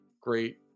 great